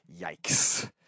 Yikes